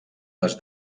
les